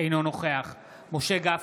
גפני,